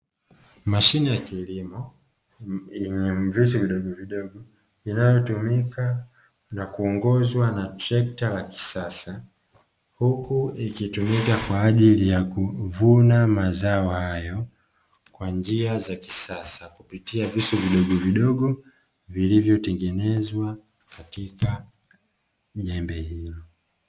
Mashine ya kilimo yenye visu vidogovidogo, inayotumika na kuongozwa na trekta la kisasa huku ikitumika kwa ajili ya kuvuna mazao hayo kwa njia za kisasa kupitia visu vidogovidogo vilivyotengenezwa katika jembe hilo.